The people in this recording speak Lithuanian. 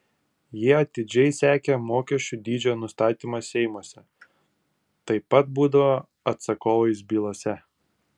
jie atidžiai sekė mokesčių dydžio nustatymą seimuose taip pat būdavo atsakovais bylose